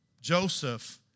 Joseph